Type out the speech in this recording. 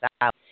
out